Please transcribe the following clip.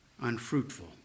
unfruitful